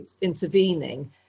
intervening